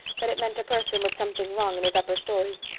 that it meant a person with something wrong in his upper story.